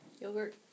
yogurt